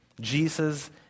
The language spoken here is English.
Jesus